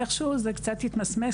ואיך שהוא זה קצת התמסמס,